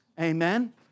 Amen